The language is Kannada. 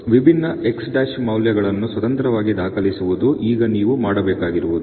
ವಿಭಿನ್ನ X' ಮೌಲ್ಯಗಳನ್ನು ಸ್ವತಂತ್ರವಾಗಿ ದಾಖಲಿಸುವುದು ಈಗ ನೀವು ಮಾಡಬೇಕಾಗಿರುವುದು